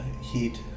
heat